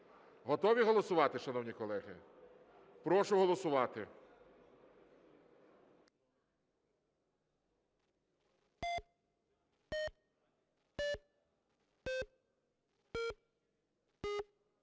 Готові голосувати, шановні колеги? Прошу голосувати.